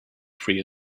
free